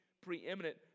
preeminent